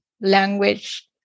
language